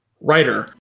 writer